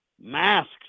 masks